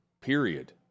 period